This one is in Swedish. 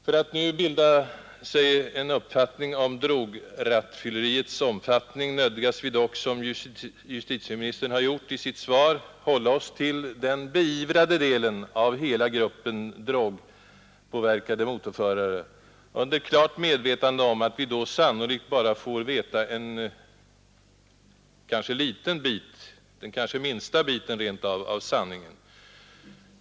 För att nu bilda sig en uppfattning om drograttfylleriets omfattning nödgas vi dock, som justitieministern gjort i sitt svar, hålla oss till den beivrade delen av hela gruppen drogpåverkade motorförare, i klart medvetande om att vi då sannolikt bara får veta en liten bit, kanske rent av den minsta biten av sanningen.